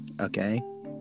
Okay